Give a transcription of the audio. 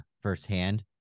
firsthand